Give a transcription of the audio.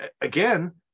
again